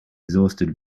exhausted